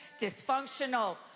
dysfunctional